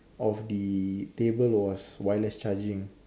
of the table was wireless charging